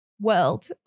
world